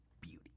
beauty